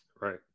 right